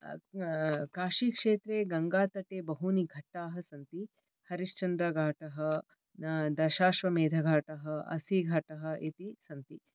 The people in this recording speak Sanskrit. काशीक्षेत्रे गाङ्गातटे बहूनि घट्टाः सन्ति हरिश्चन्द्रघाटः दशाश्वमेधघाटः असी घाटः इति सन्ति